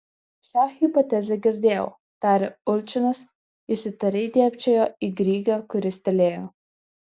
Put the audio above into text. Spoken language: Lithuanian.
šią hipotezę girdėjau tarė ulčinas jis įtariai dėbčiojo į grygą kuris tylėjo